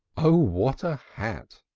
oh, what a hat!